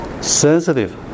sensitive